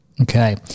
Okay